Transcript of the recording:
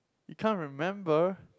you can't remember